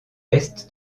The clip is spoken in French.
est